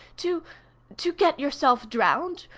to to get yourself drowned,